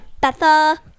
Betha